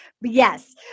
Yes